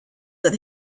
that